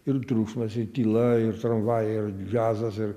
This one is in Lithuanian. ir triukšmas ir tyla ir tramvai ir džiazas ir